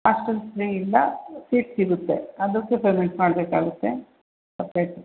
hostel free ಇಲ್ಲ seat ಸಿಗುತ್ತೆ ಅದಕ್ಕೆ ಪೇಮೆಂಟ್ ಮಾಡಬೇಕಾಗುತ್ತೆ ಸಪ್ರೇಟು